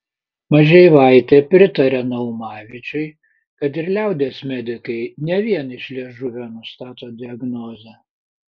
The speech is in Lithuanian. mažeivaitė pritaria naumavičiui kad ir liaudies medikai ne vien iš liežuvio nustato diagnozę